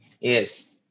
Yes